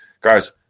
Guys